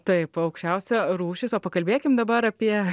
taip aukščiausia rūšis o pakalbėkim dabar apie